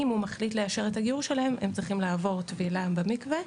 אם הוא מחליט לאשר את הגיור שלהם הם צריכים לעבור טבילה במקווה.